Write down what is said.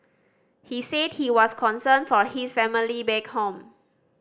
he said he was concerned for his family back home